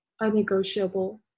unnegotiable